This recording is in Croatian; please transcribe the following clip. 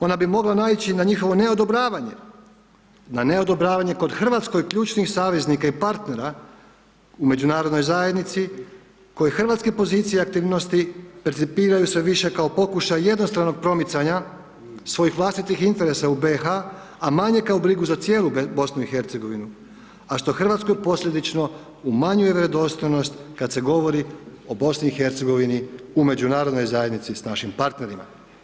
Ona bi mogla naići na njihovo neodobravanje, na neodobravanje kod Hrvatskoj ključnih saveznika i partnera u međunarodnoj zajednici koji hrvatsku poziciju i aktivnosti percipiraju sve više kao pokušaj jednostranog promicanja svojih vlastitih interesa u BiH a manje kao brigu za cijelu Bosnu i Hercegovinu, a što Hrvatskoj posljedično umanjuje vjerodostojnost kada se govori o Bosni i Hercegovini u međunarodnoj zajednici s našim partnerima.